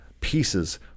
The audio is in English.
pieces